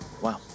wow